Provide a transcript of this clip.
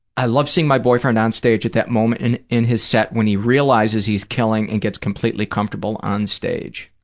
i love seeing my boyfriend on stage at that moment in in his set when he realizes he's killing and gets completely comfortable on stage.